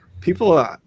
People